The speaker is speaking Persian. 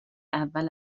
اول